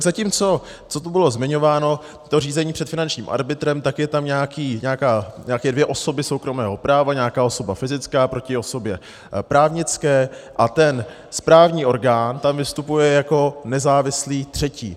Zatímco tu bylo zmiňováno, to řízení před finančním arbitrem, tak jsou tam nějaké dvě osoby soukromého práva, nějaká osoba fyzická proti osobě právnické, a ten správní orgán tam vystupuje jako nezávislý třetí.